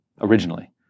originally